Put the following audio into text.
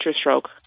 stroke